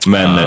Men